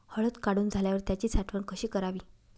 हळद काढून झाल्यावर त्याची साठवण कशी करावी?